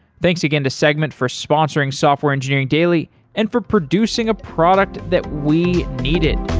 thanks again to segment for sponsoring software engineering daily and for producing a product that we needed.